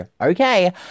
Okay